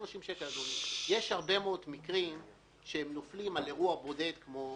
יש הרבה מאוד מקרים שנופלים על אירוע בודד כמו